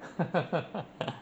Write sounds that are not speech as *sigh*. *laughs*